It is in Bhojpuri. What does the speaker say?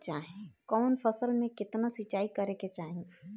कवन फसल में केतना सिंचाई करेके चाही?